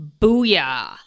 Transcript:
Booyah